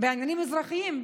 בעניינים אזרחיים.